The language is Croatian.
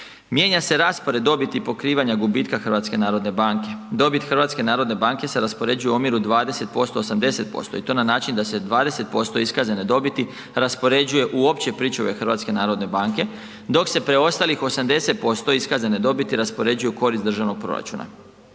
Mijenja se raspored dobiti i pokrivanja gubitka HNB-a. Dobit HNB-a se raspoređuje u omjeru 20%:80% i to na način da se 20% iskazane dobiti raspoređuje u opće pričuve HNB-a dok se preostalih 80% iskazane dobiti raspoređuje u korist državnog proračuna.